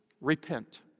repent